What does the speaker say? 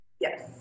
Yes